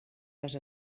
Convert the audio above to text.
les